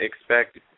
expect